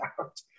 out